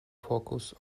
focus